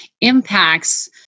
impacts